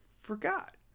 forgot